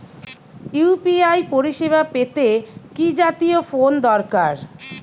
UPI পরিসেবা পেতে কি জাতীয় ফোন দরকার?